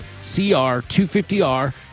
CR250R